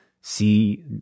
see